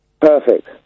Perfect